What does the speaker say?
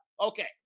Okay